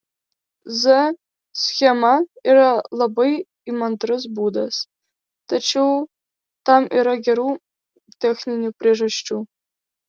z schema yra labai įmantrus būdas tačiau tam yra gerų techninių priežasčių